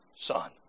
Son